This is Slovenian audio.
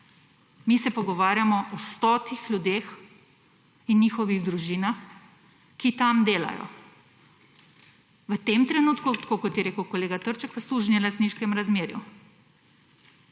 Mi se pogovarjamo o stotih ljudeh in njihovih družinah, ki tam delajo. V tem trenutku, tako kot je rekel kolega Trček, v sužnjelastniškem razmerju.